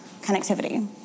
connectivity